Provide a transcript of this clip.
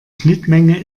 schnittmenge